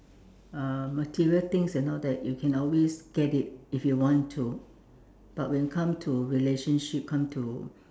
uh material things and all that you can always get it if you want to but when come to relationship come to